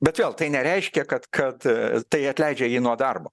bet vėl tai nereiškia kad kad tai atleidžia jį nuo darbo